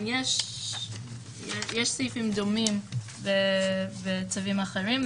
יש סעיפים דומים בצווים אחרים.